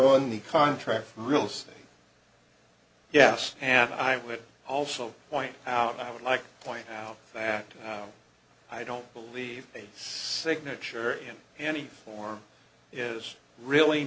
on the contract real estate yes and i would also point out i would like to point out that i don't believe a signature in any form is really